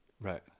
Right